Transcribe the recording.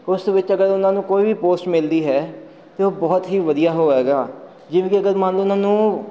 ਉਸ ਵਿੱਚ ਅਗਰ ਉਹਨਾਂ ਨੂੰ ਕੋਈ ਵੀ ਪੋਸਟ ਮਿਲਦੀ ਹੈ ਅਤੇ ਉਹ ਬਹੁਤ ਹੀ ਵਧੀਆ ਹੋਏਗਾ ਜਿਵੇਂ ਕਿ ਅਗਰ ਮੰਨ ਲਉ ਉਹਨਾਂ ਨੂੰ